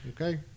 okay